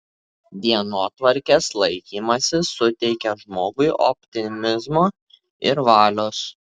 dienotvarkės laikymasis suteikia žmogui optimizmo ir valios